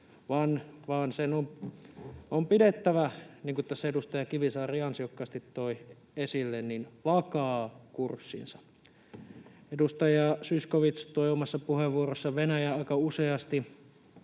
vaan sen on pidettävä, niin kuin tässä edustaja Kivisaari ansiokkaasti toi esille, vakaa kurssinsa. Edustaja Zyskowicz toi omassa puheenvuorossaan Venäjän aika useasti